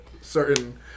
certain